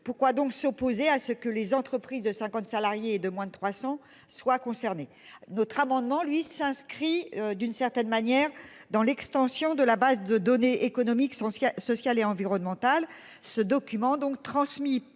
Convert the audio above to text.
pourquoi donc s'opposer à ce que les entreprises de 50 salariés de moins de 300 soient concernés notre amendement lui s'inscrit d'une certaine manière dans l'extension de la base de données économiques sont ce qui a, social et environnemental. Ce document donc transmis